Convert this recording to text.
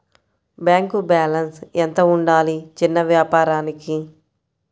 Bank balance ఎంత ఉండాలి చిన్న వ్యాపారానికి?